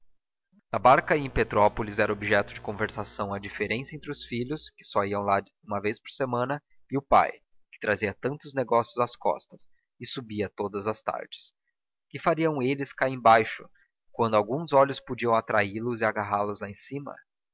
na barca e em petrópolis era objeto de conversação a diferença entre os filhos que só iam lá uma vez por semana e o pai que trazia tantos negócios às costas e subia todas as tardes que fariam eles cá embaixo quando alguns olhos podiam atraí los e agarrá los lá em cima